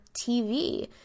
TV